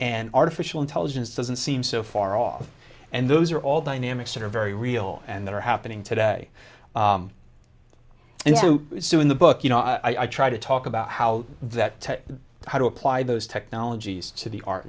and artificial intelligence doesn't seem so far off and those are all dynamics that are very real and that are happening today and so so in the book you know i try to talk about how that how to apply those technologies to the art